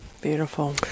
Beautiful